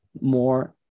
more